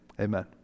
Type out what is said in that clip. amen